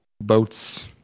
Boats